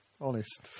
Honest